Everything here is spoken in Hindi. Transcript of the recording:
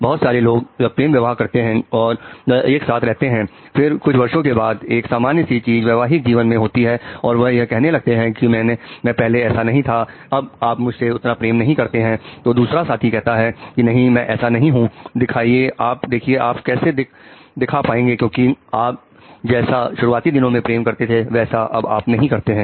बहुत सारे लोग जब प्रेम विवाह करते हैं और वह एक साथ रहते हैं फिर कुछ वर्षों के बाद एक सामान्य सी चीज वैवाहिक जीवन में होती है वह यह कहने लगते हैं कि मैं पहले ऐसा नहीं था अब आप मुझसे उतना प्रेम नहीं करते हैं तो दूसरा साथी कहता है कि नहीं मैं ऐसा नहीं हूं दिखाइए आप कैसे दिखा पाएंगे क्योंकि आप जैसा शुरुआती दिनों में प्रेम करते थे वैसा आप अब नहीं करते हैं